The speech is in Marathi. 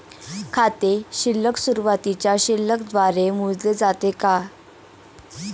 खाते शिल्लक सुरुवातीच्या शिल्लक द्वारे मोजले जाते का?